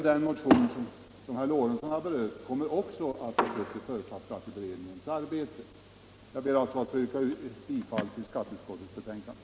Den motion som herr Lorentzon har berört kommer också att tas upp i företagsskatteberedningens arbete. - Jag ber att få yrka bifall till skatteutskottets hemställan.